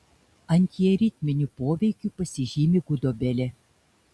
antiaritminiu poveikiu pasižymi gudobelė